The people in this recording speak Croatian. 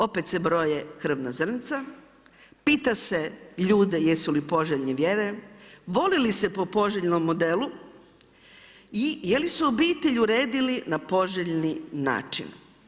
Opet se broje krvna zrnca, pita se ljude jesu li poželjne vjere, voli li se po poželjnom modelu i je li su obitelj uredili na poželjni način.